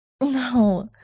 No